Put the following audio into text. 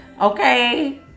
okay